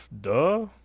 duh